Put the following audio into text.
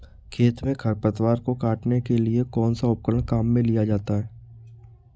खेत में खरपतवार को काटने के लिए कौनसा उपकरण काम में लिया जाता है?